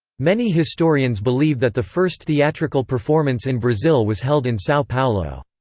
many historians believe that the first theatrical performance in brazil was held in sao paulo.